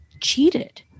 cheated